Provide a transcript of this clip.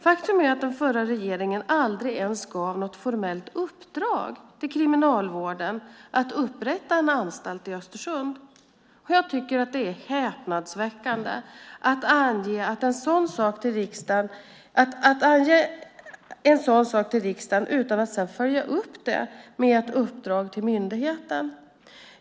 Faktum är att den förra regeringen aldrig ens gav något formellt uppdrag till Kriminalvården att upprätta en anstalt i Östersund. Jag tycker att det är häpnadsväckande att ange en sådan sak till riksdagen utan att sedan följa upp det med ett uppdrag till myndigheten.